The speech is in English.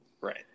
Right